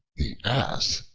the ass,